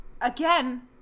again